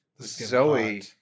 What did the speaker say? Zoe